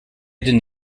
ydyn